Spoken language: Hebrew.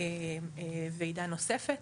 ועידה נוספת.